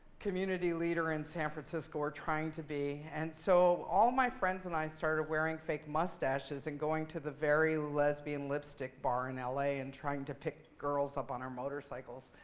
community leader in san francisco or trying to be. and so all my friends and i started wearing fake mustaches, and going to the very lesbian lipstick bar in ah la, and trying to pick girls up on our motorcycles.